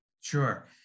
Sure